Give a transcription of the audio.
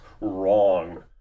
wrong